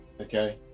okay